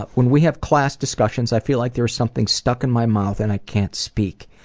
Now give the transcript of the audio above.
ah when we have class discussions, i feel like there's something stuck in my mouth and i can't speak.